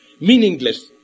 meaningless